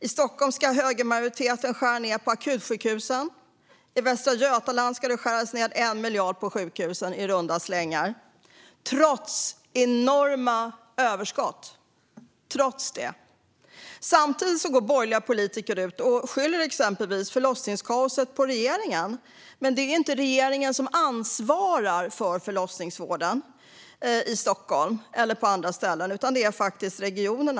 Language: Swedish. I Stockholm ska högermajoriteten skära ned på akutsjukhusen. I Västra Götaland ska det skäras ned i runda slängar 1 miljard på sjukhusen. Detta sker trots enorma överskott. Samtidigt går borgerliga politiker ut och skyller exempelvis förlossningskaoset på regeringen. Men det är ju inte regeringen som ansvarar för förlossningsvården i Stockholm eller på andra ställen, utan det är regionala politiker.